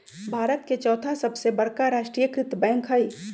भारत के चौथा सबसे बड़का राष्ट्रीय कृत बैंक हइ